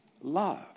love